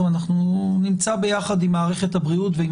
אנחנו נמצא ביחד עם מערכת הבריאות ועם